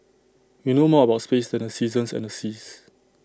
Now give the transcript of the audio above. we know more about space than the seasons and the seas